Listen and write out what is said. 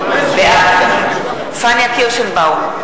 בעד פניה קירשנבאום,